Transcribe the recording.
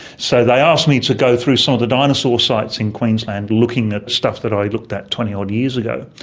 so they asked me to go through some of the dinosaur sites in queensland, looking at the stuff that i'd looked at twenty odd years ago.